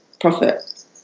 profit